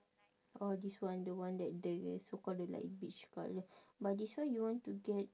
orh this one the one that the so call the like beige colour but this one you want to get